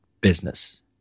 business